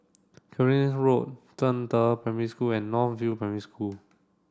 Cairnhill Road Zhangde Primary School and North View Primary School